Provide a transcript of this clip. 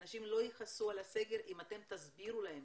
אנשים לא יכעסו על הסגר אם אתם תסבירו להם